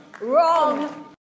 Wrong